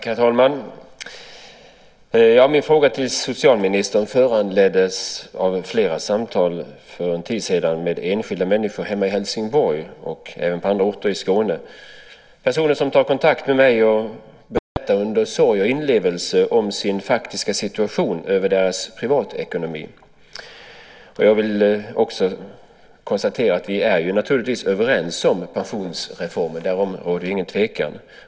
Herr talman! Min interpellation till socialministern föranleddes av flera samtal för en tid sedan med enskilda människor hemma i Helsingborg och även på andra orter i Skåne. Dessa personer har tagit kontakt med mig och har med sorg och inlevelse berättat om sin faktiska situation och sin privatekonomi. Jag konstaterar att vi naturligtvis är överens om pensionsreformen. Därom råder ingen tvekan.